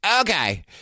okay